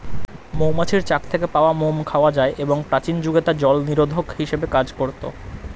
মৌমাছির চাক থেকে পাওয়া মোম খাওয়া যায় এবং প্রাচীন যুগে তা জলনিরোধক হিসেবে কাজ করত